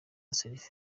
selfie